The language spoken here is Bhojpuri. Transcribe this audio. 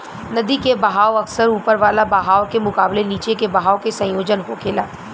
नदी के बहाव अक्सर ऊपर वाला बहाव के मुकाबले नीचे के बहाव के संयोजन होखेला